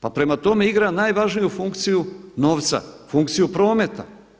Pa prema tome, igra najvažniju funkciju novca, funkciju prometa.